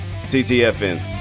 TTFN